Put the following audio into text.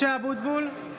(קוראת בשמות חברי הכנסת) משה אבוטבול,